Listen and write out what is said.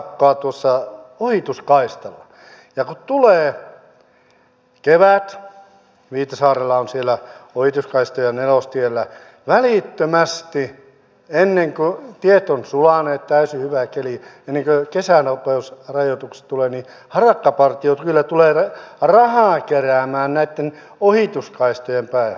kun tulee kevät viitasaarella on ohituskaistoja nelostiellä tiet ovat sulaneet on täysin hyvä keli välittömästi ennen kuin kesänopeusrajoitukset tulevat harakkapartiot kyllä tulevat rahaa keräämään näitten ohituskaistojen päähän